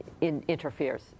interferes